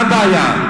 מה הבעיה?